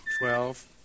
Twelve